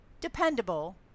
dependable